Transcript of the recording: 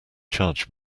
charge